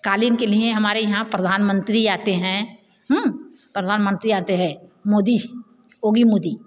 क़ालीन के लिए हमारे यहाँ प्रधान मंत्री आते हैं प्रधान मंत्री आते हैं मोदी ओगी मोदी